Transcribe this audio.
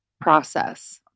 process